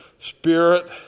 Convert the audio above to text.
spirit